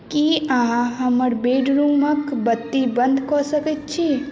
की अहाँ हमर बेडरूमक बत्ती बन्द कऽ सकैत छी